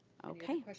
okay.